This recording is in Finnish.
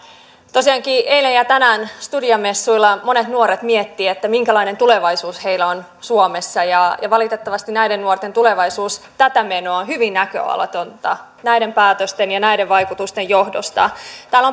tosiaankin eilen ja tänään studia messuilla monet nuoret miettivät minkälainen tulevaisuus heillä on suomessa valitettavasti näiden nuorten tulevaisuus tätä menoa on hyvin näköalatonta näiden päätösten ja näiden vaikutusten johdosta täällä